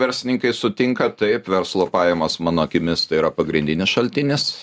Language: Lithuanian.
verslininkai sutinka taip verslo pajamos mano akimis tai yra pagrindinis šaltinis